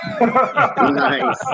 Nice